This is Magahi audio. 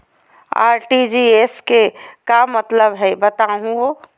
आर.टी.जी.एस के का मतलब हई, बताहु हो?